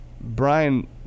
Brian